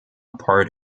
part